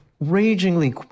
ragingly